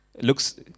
looks